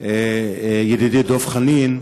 ידידי דב חנין,